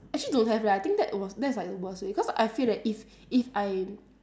actually don't have leh I think that was that's like the worst way cause I feel that if if I